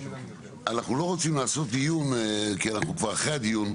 אנחנו לא רוצים לעשות דיון כי אנחנו כבר אחרי הדיון,